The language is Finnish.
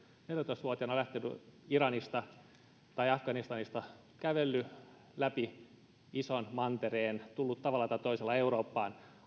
neljätoista vuotiaana lähtenyt iranista tai afganistanista kävellyt läpi ison mantereen tullut tavalla tai toisella eurooppaan